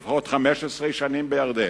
ועוד 15 שנים בירדן,